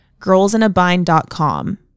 girlsinabind.com